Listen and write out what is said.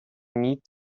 need